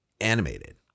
animated